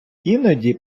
іноді